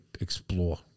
explore